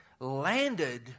landed